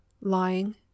lying